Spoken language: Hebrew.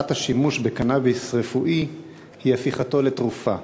השימוש בקנאביס רפואי היא הפיכתו לתרופה.